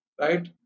right